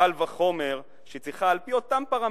קל וחומר שהיא צריכה, על-פי אותם פרמטרים,